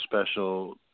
special